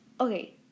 okay